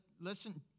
listen